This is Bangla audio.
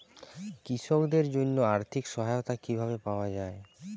কৃষকদের জন্য আর্থিক সহায়তা কিভাবে পাওয়া য়ায়?